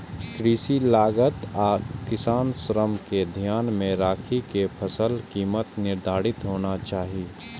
कृषि लागत आ किसानक श्रम कें ध्यान मे राखि के फसलक कीमत निर्धारित होना चाही